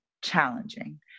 challenging